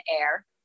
air